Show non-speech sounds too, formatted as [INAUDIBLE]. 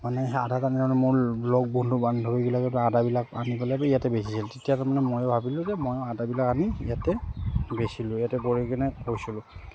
মানে সেই আদা [UNINTELLIGIBLE] মোৰ লগৰ বন্ধু বান্ধৱীবিলাকেতো আদাবিলাক আনি পেলাইয়ে ইয়াতে বেচিছিল তেতিয়া তাৰমানে ময়ো ভাবিলোঁ যে মইয়ো আদাবিলাক আনি ইয়াতে বেচিলোঁ ইয়াতে বহি কিনে কৈছিলোঁ